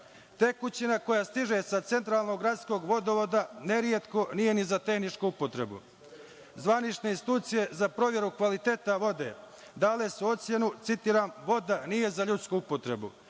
Tekućina koja stiže sa centralnog gradskog vodovoda neretko nije ni za tehničku upotrebu. Zvanične institucije za proveru kvaliteta vode dale su ocenu, citiram – voda nije za ljudsku upotrebu,